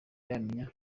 yamenya